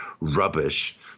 rubbish